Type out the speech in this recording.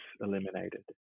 eliminated